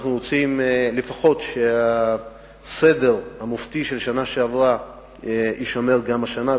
אנחנו רוצים לפחות שהסדר המופתי של השנה שעברה יישמר גם השנה,